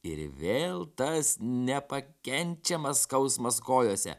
ir vėl tas nepakenčiamas skausmas kojose